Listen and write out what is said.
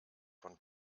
von